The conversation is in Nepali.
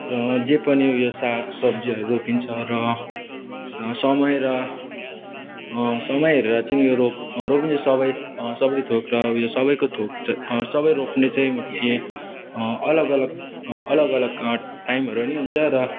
र जे पनि उयो साग सब्जीहरू रोपिन्छ र र समय र समय हेरेर चाहिँ यो रोप रोप्ने सबै सब्जी थोक र उयो सबैको थोक चाहिँ सबै रोप्ने चाहिँ के अलग अलग अलग अलग टाइमहरू नि हुन्छ र